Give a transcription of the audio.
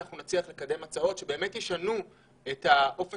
אנחנו נצליח לקדם הצעות שבאמת ישנו את האופן